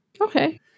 Okay